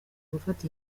gufata